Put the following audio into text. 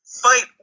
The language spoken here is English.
fight